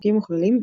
חוקים וכללים,